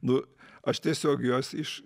nu aš tiesiog juos iš